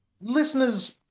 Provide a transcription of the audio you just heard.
listeners